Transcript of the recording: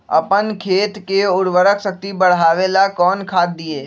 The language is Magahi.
अपन खेत के उर्वरक शक्ति बढावेला कौन खाद दीये?